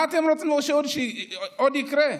מה אתם רוצים שעוד יקרה,